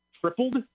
tripled